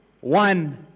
one